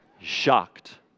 Shocked